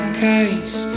case